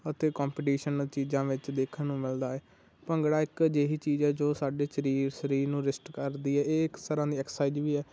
ਅਤੇ ਕੰਪੀਟੀਸ਼ਨ ਚੀਜ਼ਾਂ ਵਿੱਚ ਦੇਖਣ ਨੂੰ ਮਿਲਦਾ ਹੈ ਭੰਗੜਾ ਇੱਕ ਅਜਿਹੀ ਚੀਜ਼ ਹੈ ਜੋ ਸਾਡੇ ਸਰੀ ਸਰੀਰ ਨੂੰ ਰਿਸ਼ਟ ਕਰਦੀ ਹੈ ਇਹ ਇੱਕ ਤਰ੍ਹਾਂ ਦੀ ਐਕਸਾਈਜ਼ ਵੀ ਹੈ